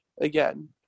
again